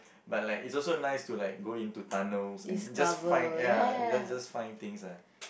but like is also nice to like go into tunnels and just find ya just things lah